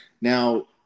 Now